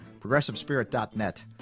Progressivespirit.net